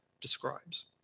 describes